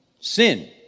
sin